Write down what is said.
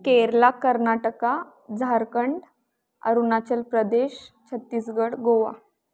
Kerala Karnataka Jharkhand Arunachal Pradesh Chhattisgarh Goa